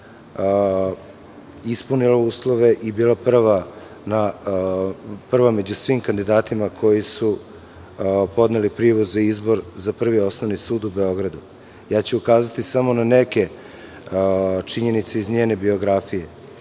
ispunila uslove i bila prva među svim kandidatima koji su podneli prijave za izbor za Prvi osnovni sud u Beogradu. Ukazaću samo na neke činjenice iz njene biografije.